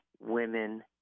women